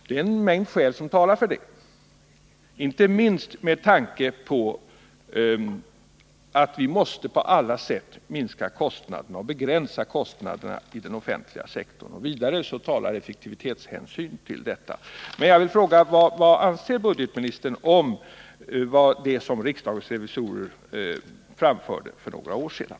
Det är en mängd skäl som talar för det —- inte minst med tanke på att vi måste på alla sätt minska kostnaderna och begränsa kostnaderna i den offentliga sektorn. Vidare talar effektivitetshänsyn för detta. revisorer framförde för några år sedan?